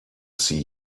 see